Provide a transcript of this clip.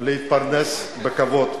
להתפרנס בכבוד.